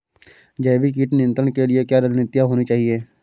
जैविक कीट नियंत्रण के लिए क्या रणनीतियां होनी चाहिए?